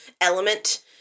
element